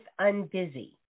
Unbusy